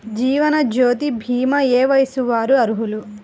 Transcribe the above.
జీవనజ్యోతి భీమా ఏ వయస్సు వారు అర్హులు?